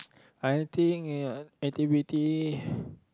I think uh activity